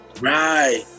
Right